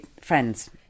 friends